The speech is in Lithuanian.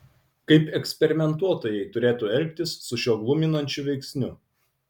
kaip eksperimentuotojai turėtų elgtis su šiuo gluminančiu veiksniu